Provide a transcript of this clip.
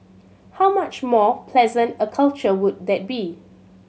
how much more pleasant a culture would that be